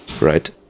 right